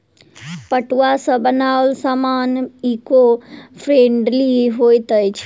पटुआ सॅ बनाओल सामान ईको फ्रेंडली होइत अछि